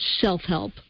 self-help